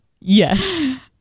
yes